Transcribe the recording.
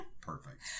perfect